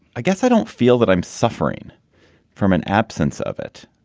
i guess i don't feel that i'm suffering from an absence of it.